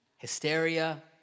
Hysteria